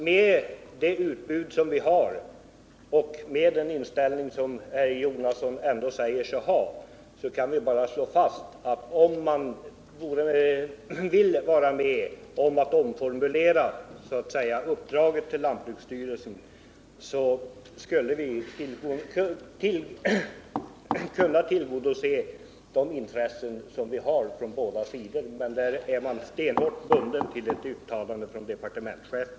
Med det utbud vi har och med den inställning herr Jonasson säger sig ha kan vi bara slå fast att om centern vill vara med om att omformulera uppdraget till lantbruksstyrelsen så skulle vi kunna tillgodose båda sidors intressen. Men där är man stenhårt bunden till uttalandet från departementschefen.